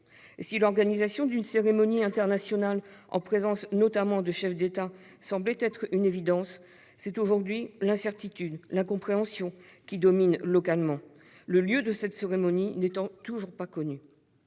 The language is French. Si l'organisation d'une cérémonie internationale en présence notamment de chefs d'État semblait une évidence, c'est plutôt l'incertitude et l'incompréhension qui dominent aujourd'hui localement, le lieu de cette cérémonie n'étant toujours pas connu